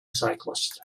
cyclist